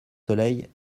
soleil